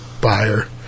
buyer